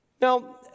Now